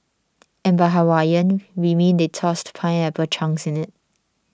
and by Hawaiian we mean they tossed pineapple chunks in it